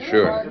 Sure